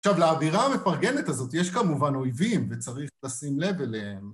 עכשיו, לעבירה המפרגנת הזאת, יש כמובן אויבים, וצריך לשים לב אליהם.